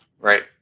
Right